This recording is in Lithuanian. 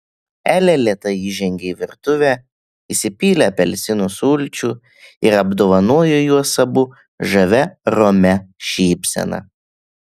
elė lėtai įžengė į virtuvę įsipylė apelsinų sulčių ir apdovanojo juos abu žavia romia šypsena